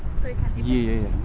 can you